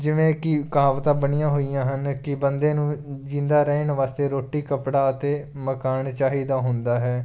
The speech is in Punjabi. ਜਿਵੇਂ ਕਿ ਕਹਾਵਤਾਂ ਬਣੀਆਂ ਹੋਈਆਂ ਹਨ ਕਿ ਬੰਦੇ ਨੂੰ ਜ਼ਿੰਦਾ ਰਹਿਣ ਵਾਸਤੇ ਰੋਟੀ ਕੱਪੜਾ ਅਤੇ ਮਕਾਨ ਚਾਹੀਦਾ ਹੁੰਦਾ ਹੈ